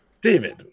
David